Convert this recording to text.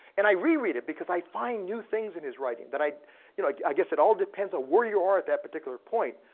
and i re-read it because i find new things in his writing that, i you know i guess it all depends on where you are at that particular point.